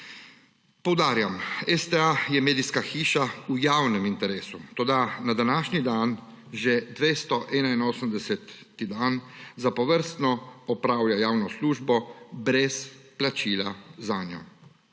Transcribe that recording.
Poudarjam, STA je medijska hiša v javnem interesu, toda, na današnji dan že 281. dan zapovrstno opravlja javno službo brez plačila zanjo.